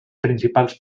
principals